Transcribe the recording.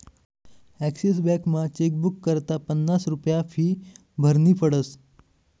Axis बॅकमा chequebook करता पन्नास रुप्या फी भरनी पडस